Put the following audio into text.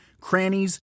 crannies